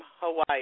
Hawaii